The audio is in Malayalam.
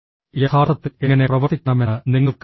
യഥാർത്ഥത്തിൽ എങ്ങനെ പ്രവർത്തിക്കണമെന്ന് നിങ്ങൾക്ക് അറിയില്ല